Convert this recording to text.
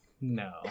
no